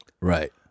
Right